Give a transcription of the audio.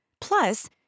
Plus